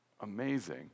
amazing